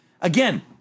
again